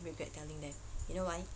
then regret telling them you know why